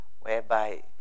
whereby